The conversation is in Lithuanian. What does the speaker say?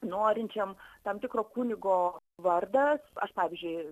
norinčiam tam tikro kunigo vardą aš pavyzdžiui